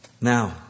Now